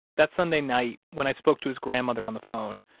that sunday night when i spoke to his grandmother on the phone,